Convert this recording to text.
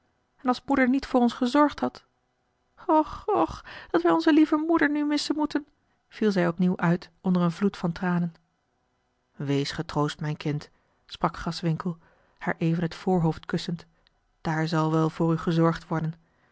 en als moeder niet voor ons gezorgd had och och dat wij onze lieve moeder nu missen moeten viel zij opnieuw uit onder een vloed van tranen wees getroost mijn kind sprak graswinckel haar even het voorhoofd kussend daar zal wel voor u gezorgd worden